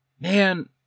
Man